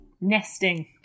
nesting